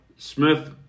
Smith